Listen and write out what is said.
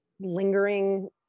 lingering